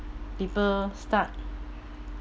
people start